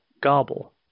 gobble